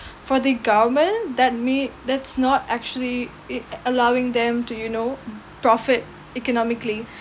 for the government that me that's not actually allowing them to you know profit economically